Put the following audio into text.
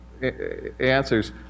answers